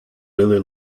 really